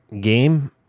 game